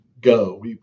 go